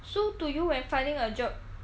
so to you when finding a job